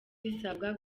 zisabwa